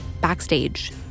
backstage